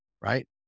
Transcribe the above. right